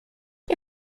nie